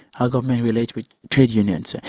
how governments relate with trade unions.